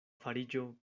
fariĝo